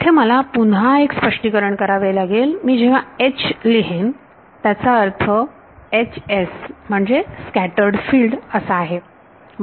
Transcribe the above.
तर इथे मला पुन्हा एक स्पष्टीकरण करावे लागेल मी जेव्हा H लिहेन त्याचा खरा अर्थ म्हणजे स्कॅटरर्ड फिल्ड असा आहे